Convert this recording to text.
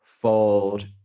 Fold